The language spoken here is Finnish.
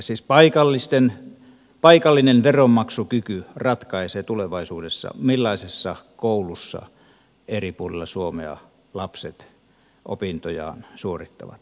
siis paikallinen veronmaksukyky ratkaisee tulevaisuudessa millaisessa koulussa eri puolilla suomea lapset opintojaan suorittavat